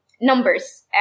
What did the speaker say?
numbers